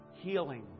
Healing